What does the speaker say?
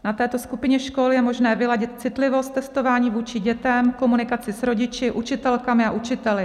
Na této skupině škol je možné vyladit citlivost testování vůči dětem, komunikaci s rodiči, učitelkami a učiteli.